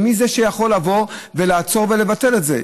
מי זה שיכול לבוא ולעצור ולבטל את זה?